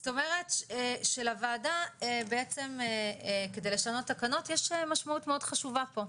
זאת אומרת שלוועדה בעצם כדי לשנות תקנות יש להם משמעות מאוד חשובה פה,